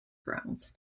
grounds